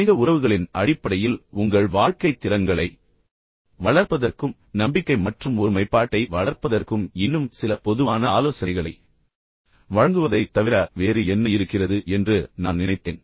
மனித உறவுகளின் அடிப்படையில் உங்கள் வாழ்க்கைத் திறன்களை வளர்ப்பதற்கும் குறிப்பாக நம்பிக்கை மற்றும் ஒருமைப்பாட்டை வளர்ப்பதற்கும் இன்னும் சில பொதுவான ஆலோசனைகளை வழங்குவதைத் தவிர வேறு என்ன இருக்கிறது என்று நான் நினைத்தேன்